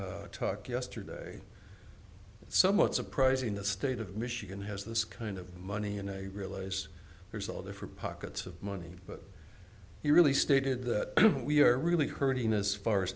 r talk yesterday it's somewhat surprising the state of michigan has this kind of money in a realize there's all different pockets of money but he really stated that we are really hurting as far as